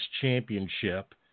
championship